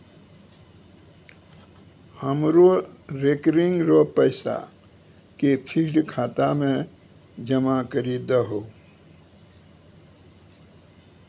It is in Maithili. हमरो रेकरिंग रो पैसा के फिक्स्ड खाता मे जमा करी दहो